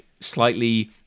slightly